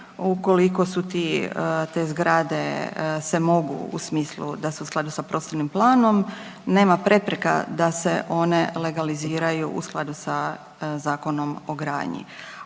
ukoliko te zgrade se mogu u smislu da su u skladu sa prostornim planom, nema prepreka da se one legaliziraju u skladu sa Zakonom o gradnji.